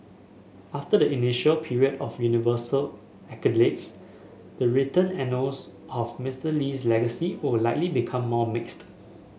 after the initial period of universal accolades the written annals of Mister Lee's legacy will likely become more mixed